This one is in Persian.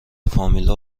فامیلها